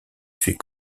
fait